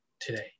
today